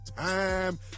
time